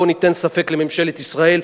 בוא נשאיר ספק לממשלת ישראל,